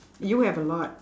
you have a lot